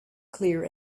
clear